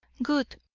good!